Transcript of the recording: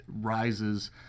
rises